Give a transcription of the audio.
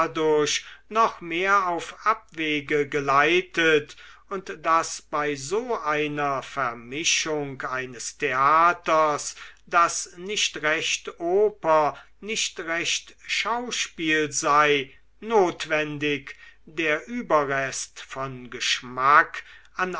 dadurch noch mehr auf abwege geleitet und daß bei so einer vermischung eines theaters das nicht recht oper nicht recht schauspiel sei notwendig der überrest von geschmack an